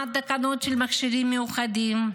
מה התקנות של מכשירים מיוחדים,